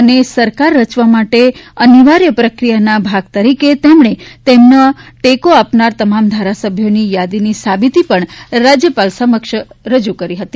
અને સરકાર રચવા માટે અનિવાર્ય પ્રક્રિયાના ભાગ તરીકે તેમણે તેમને ટેકો આપનારા તમામ ધારાસભ્યોની યાદીની સાબીતી પણ રાજયપાલ સમક્ષ રજુ કરી હતી